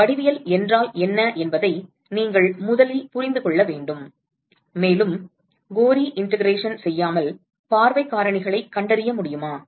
எனவே வடிவியல் என்றால் என்ன என்பதை நீங்கள் முதலில் புரிந்து கொள்ள வேண்டும் மேலும் கோரி இண்டெகரேஷன் செய்யாமல் பார்வைக் காரணிகளைக் கண்டறிய முடியுமா